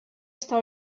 està